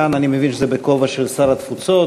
כאן אני מבין שזה בכובע של שר התפוצות